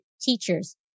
teachers